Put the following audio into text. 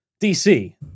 DC